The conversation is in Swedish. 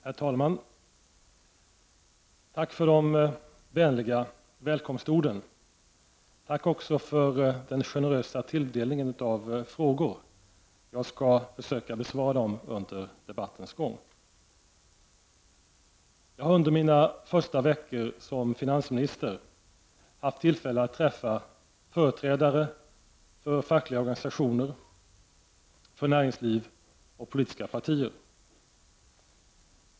Herr talman! Tack för de vänliga välkomstorden. Tack också för den generösa tilldelningen av frågor. Jag skall försöka att besvara dem under debattens gäng. Jag har under mina första veckor som finansminister haft tillfälle att träffa företrädare för fackliga organisationer, näringsliv och politiska partier.